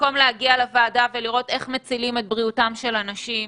במקום להגיע לוועדה ולראות את בריאותם של האנשים,